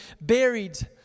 buried